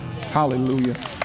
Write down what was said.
Hallelujah